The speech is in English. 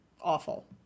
awful